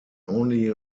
only